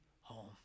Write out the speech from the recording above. home